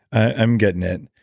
i'm getting it.